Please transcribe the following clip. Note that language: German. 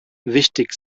wichtig